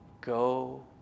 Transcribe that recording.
Go